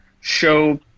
show